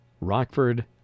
Rockford